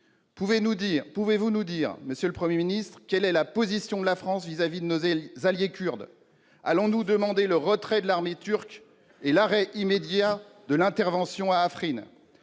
Pouvez-vous nous dire, monsieur le Premier ministre, quelle est la position de la France à l'égard de nos alliés kurdes ? Allons-nous demander le retrait de l'armée turque et l'arrêt immédiat de l'intervention à Afrin ?